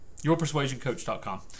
Yourpersuasioncoach.com